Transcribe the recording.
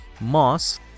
Moss